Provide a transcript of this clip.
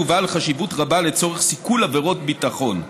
ובעל חשיבות רבה לצורך סיכול עבירות ביטחון.